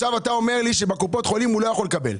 אתה אומר לי שבקופות החולים הוא לא יכול לקבל.